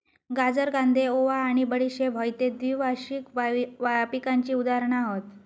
गाजर, कांदे, ओवा आणि बडीशेप हयते द्विवार्षिक पिकांची उदाहरणा हत